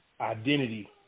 identity